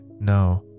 no